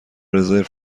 رزرو